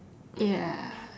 ya